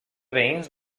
veïns